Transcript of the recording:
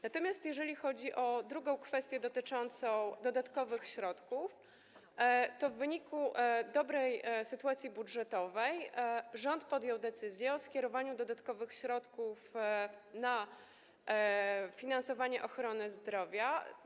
Natomiast jeżeli chodzi o kwestię dotyczącą dodatkowych środków, to w wyniku dobrej sytuacji budżetowej rząd podjął decyzję o skierowaniu dodatkowych środków na finansowanie ochrony zdrowia.